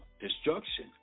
destruction